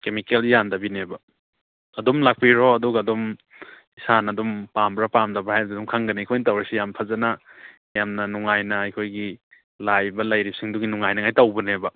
chemical ꯌꯥꯟꯗꯕꯤꯅꯦꯕ ꯑꯗꯨꯝ ꯂꯥꯛꯄꯤꯔꯣ ꯑꯗꯨꯒ ꯑꯗꯨꯝ ꯏꯁꯥꯅ ꯑꯗꯨꯝ ꯄꯥꯝꯕ꯭ꯔꯥ ꯄꯥꯝꯗꯕ꯭ꯔꯥ ꯍꯥꯏꯕꯗꯨ ꯑꯗꯨꯝ ꯈꯪꯒꯅꯤ ꯑꯩꯈꯣꯏꯅ ꯇꯧꯔꯤꯁꯦ ꯌꯥꯝ ꯐꯖꯅ ꯌꯥꯝꯅ ꯅꯨꯡꯉꯥꯏꯅ ꯑꯩꯈꯣꯏꯒꯤ ꯂꯥꯛꯏꯕ ꯂꯩꯔꯤꯕꯁꯤꯡꯗꯨꯒꯤ ꯅꯨꯡꯉꯥꯏꯅꯤꯡꯉꯥꯏ ꯇꯧꯕꯅꯦꯕ